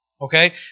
Okay